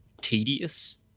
tedious